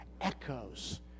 echoes